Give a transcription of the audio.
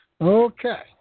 Okay